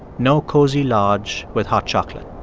no cozy lodge with hot chocolate.